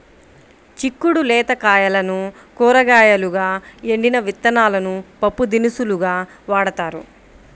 చిక్కుడు లేత కాయలను కూరగాయలుగా, ఎండిన విత్తనాలను పప్పుదినుసులుగా వాడతారు